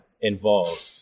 involved